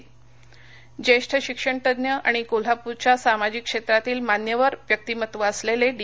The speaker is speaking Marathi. निधन कोल्हापर ज्येष्ठ शिक्षणतज्ञ आणि कोल्हापूरच्या सामाजिक क्षेत्रातील मान्यवर व्यक्तीमत्व असलेले डी